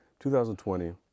2020